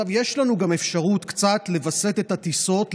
יש לנו גם אפשרות קצת לווסת את הטיסות,